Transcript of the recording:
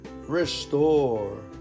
restore